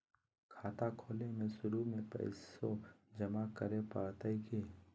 खाता खोले में शुरू में पैसो जमा करे पड़तई की?